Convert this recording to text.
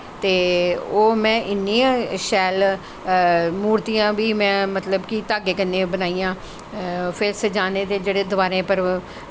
ते ओह् में इन्नी शैल मूर्तियां बी में मतलब कि धागे कन्नै बनाइयां फिर सजाने दे जेह्ड़े दवारें पर